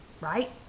right